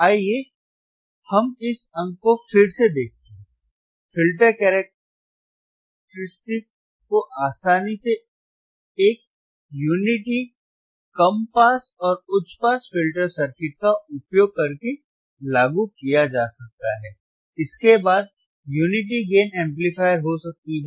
आइए हम इस अंक को फिर से देखें फ़िल्टर कैरेक्टरिस्टिक को आसानी से एक यूनिटी कम पास और उच्च पास फिल्टर सर्किट का उपयोग करके लागू किया जा सकता है इसके बाद यूनिटी गेन एम्पलीफायर हो सकती है